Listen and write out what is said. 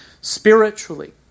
spiritually